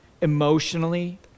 emotionally